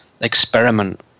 experiment